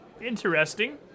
interesting